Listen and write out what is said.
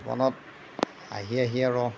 মনত আহি আহি আৰু